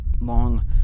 long